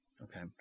okay